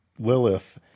Lilith